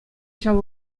ҫав